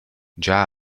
già